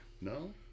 No